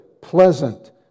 pleasant